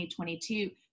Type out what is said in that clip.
2022